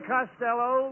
Costello